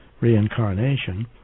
reincarnation